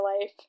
life